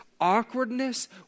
awkwardness